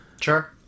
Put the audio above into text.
Sure